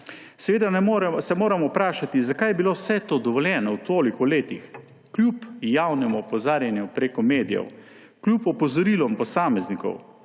Seveda se moramo vprašati, zakaj je bilo vse to dovoljeno toliko let, kljub javnemu opozarjanju preko medijev, kljub opozorilom posameznikov,